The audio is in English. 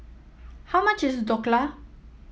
how much is Dhokla